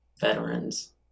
veterans